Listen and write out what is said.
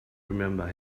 remember